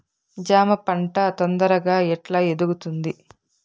జామ పంట తొందరగా ఎట్లా ఎదుగుతుంది?